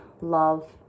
love